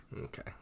okay